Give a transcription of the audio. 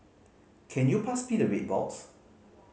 can you pass me the red box